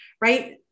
right